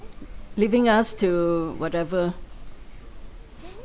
leaving us to whatever